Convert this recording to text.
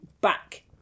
back